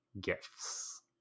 gifts